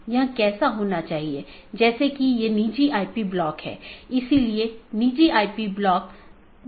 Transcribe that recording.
इसलिए आज हम BGP प्रोटोकॉल की मूल विशेषताओं पर चर्चा करेंगे